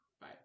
Bye